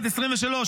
בת 23,